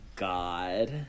God